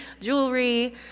jewelry